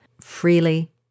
freely